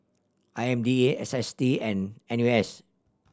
I M D A S S T and N U S